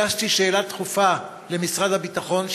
הגשתי שאלה דחופה למשרד הביטחון,